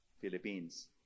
philippines